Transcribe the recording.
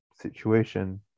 situation